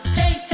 hey